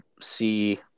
see